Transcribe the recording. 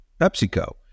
PepsiCo